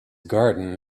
garden